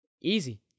Easy